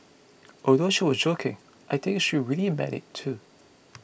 although she was joking I think she really meant it too